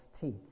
teeth